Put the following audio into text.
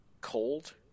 cold